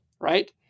Right